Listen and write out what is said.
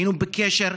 היינו בקשר,